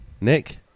Nick